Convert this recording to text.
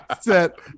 set